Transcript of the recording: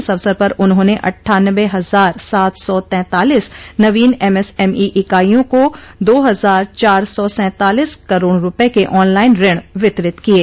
इस असवर पर उन्होंने अट़ठान्बे हजार सात सौ तैंतालीस नवीन एमएसएमई इकाइयों को दो हजार चार सौ सैंतालीस करोड़ रूपये के ऑनलाइन ऋण वितरित किये